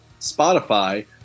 Spotify